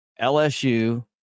LSU